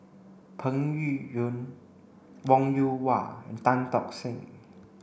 Peng Yuyun Wong Yoon Wah and Tan Tock Seng